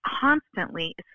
constantly